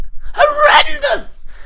horrendous